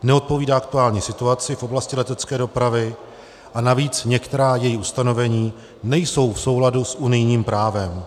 Neodpovídá aktuální situaci v oblasti letecké dopravy a navíc některá její ustanovení nejsou v souladu s unijním právem.